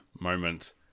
moment